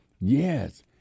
Yes